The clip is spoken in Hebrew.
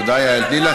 תודה, יעל.